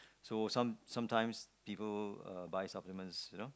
so some sometimes people uh buy supplements you know